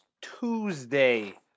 Tuesday